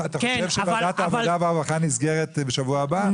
אתה חושב שוועדת העבודה והרווחה נסגרת בשבוע הבא?